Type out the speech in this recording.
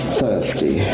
thirsty